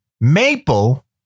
Maple